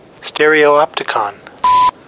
Stereoopticon